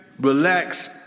relax